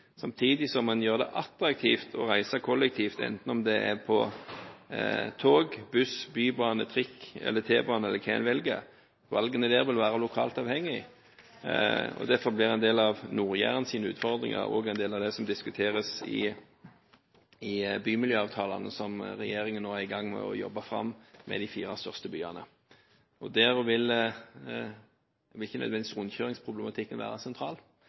samtidig som en gjør det attraktivt å reise kollektivt, enten det er med tog, buss, bybane, trikk eller T-bane, eller hva en velger. Valgene vil være lokalt avhengig. Derfor blir en del av Nord-Jærens utfordringer også en del av det som diskuteres i bymiljøavtalene som regjeringen nå er i gang med å jobbe fram med de fire største byene. Der vil ikke nødvendigvis rundkjøringsproblematikken være sentral,